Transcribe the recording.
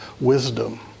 wisdom